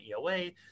EOA